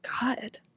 God